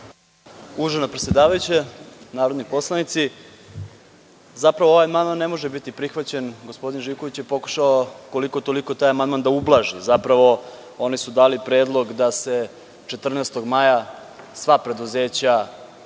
Uvažena predsedavajuća, narodni poslanici, zapravo ovaj amandman ne može biti prihvaćen. Gospodin Živković je pokušao koliko-toliko taj amandman da ublaži. Zapravo, oni su dali predlog da se 14. maja sva preduzeća